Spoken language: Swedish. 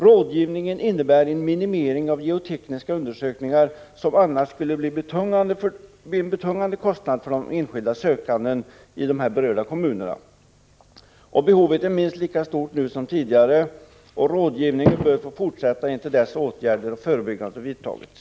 Rådgivningen innebär en minimering av geotekniska undersökningar, som annars skulle bli en betungande kostnad för enskilda sökande i de berörda kommunerna. Behovet är minst lika stort nu som tidigare. Rådgivningen bör därför få fortsätta intill dess åtgärder av förebyggande natur har vidtagits.